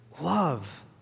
love